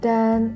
Dan